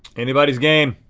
anybody's game.